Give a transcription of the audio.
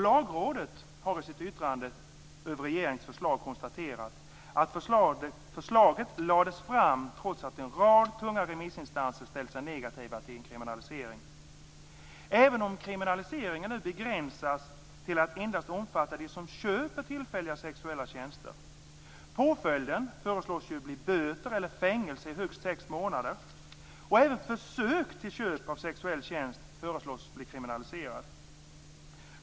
Lagrådet har i sitt yttrande över regeringens förslag konstaterat att förslaget lades fram trots att en rad tunga remissinstanser ställt sig negativa till en kriminalisering, även om kriminaliseringen nu begränsas till att endast omfatta den som köper tillfälliga sexuella tjänster. Påföljden föreslås bli böter eller fängelse i högst sex månader. Även försök till köp av sexuell tjänst föreslås kriminaliseras.